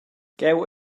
cheu